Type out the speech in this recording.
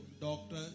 Doctor